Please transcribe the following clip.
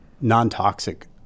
non-toxic